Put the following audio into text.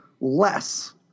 less